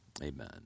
amen